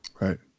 Right